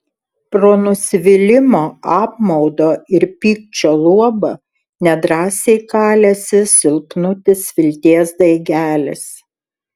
pro nusivylimo apmaudo ir pykčio luobą nedrąsiai kalėsi silpnutis vilties daigelis